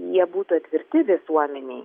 jie būtų atverti visuomenei